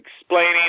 explaining